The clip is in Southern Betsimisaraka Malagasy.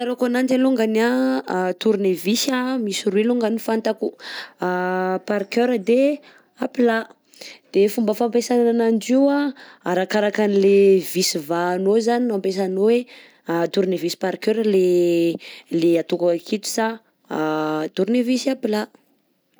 Fafantarako ananjy alongany a tournevis misy roy alongany fantako: parker de aplat. De fomba fampiasana ananjy io a arakarakan'le visy vahanao zany no ampesanao hoe tournevis parker le le ataoko aketo sa tournevis aplat.